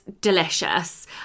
delicious